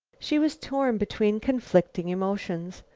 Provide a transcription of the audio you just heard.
she was torn between conflicting emotions.